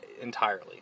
entirely